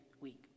week